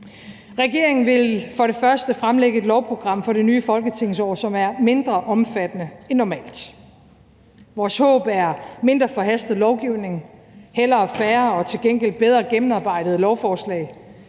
Regeringen vil for det første fremlægge et lovprogram for det nye folketingsår, som er mindre omfattende end normalt. Vores håb er mindre forhastet lovgivning, hellere færre, men til gengæld bedre gennemarbejdede lovforslag,